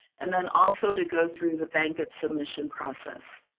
and then also to go through the bankit submission process.